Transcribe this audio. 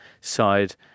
side